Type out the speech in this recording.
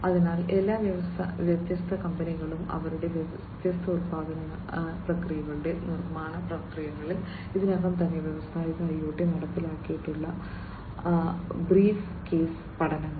അതിനാൽ എല്ലാ വ്യത്യസ്ത കമ്പനികളും അവരുടെ വ്യത്യസ്ത ഉൽപാദന പ്രക്രിയകളുടെ നിർമ്മാണ പ്രക്രിയകളിൽ ഇതിനകം തന്നെ വ്യാവസായിക IoT നടപ്പിലാക്കിയിട്ടുള്ള ബ്രീഫ് കേസ് പഠനങ്ങൾ